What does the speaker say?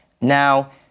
Now